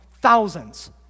Thousands